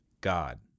God